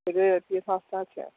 ସେଠି ଟିକେ ଶସ୍ତା ଅଛି ଆଉ